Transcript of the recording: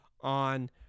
on